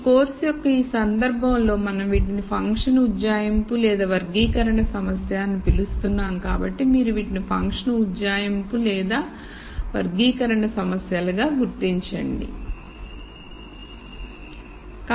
ఈ కోర్సు యొక్క ఈ సందర్భంలో మనం వీటిని ఫంక్షన్ ఉజ్జాయింపు లేదా వర్గీకరణ సమస్య అని పిలుస్తున్నాము కాబట్టి మీరు వీటిని ఫంక్షన్ ఉజ్జాయింపు లేదా వర్గీకరణ సమస్యలు గా గుర్తించండి